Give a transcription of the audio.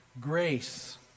grace